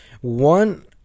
one